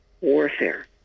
warfare